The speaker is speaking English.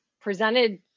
presented